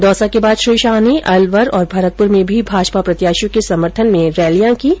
दौसा के बाद श्री शाह ने अलवर और भरतपुर में भी भाजपा प्रत्याषियों के समर्थन में रैलियां कीं